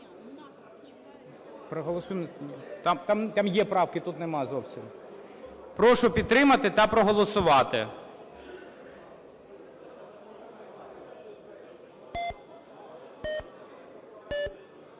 Прошу підтримати та проголосувати.